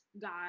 God